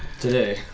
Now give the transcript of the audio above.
Today